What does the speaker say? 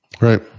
Right